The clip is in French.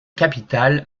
capitale